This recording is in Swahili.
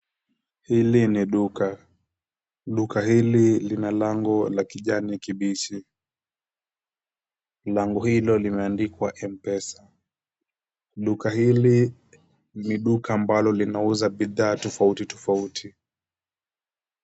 Hili ni duka, duka hili lina lango la kijani kibichi, lango hilo limeandikwa mpesa, duka hili ni duka ambalo linauza bidhaa tofauti tofauti.